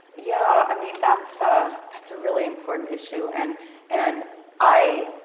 yeah, i mean, that's ah that's a really important issue. and and i,